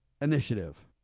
Initiative